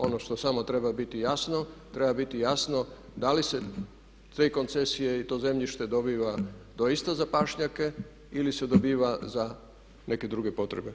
Ono što samo treba biti jasno, treba biti jasno da li se te koncesije i to zemljišta dobiva doista za pašnjake ili se dobiva za neke druge potrebe.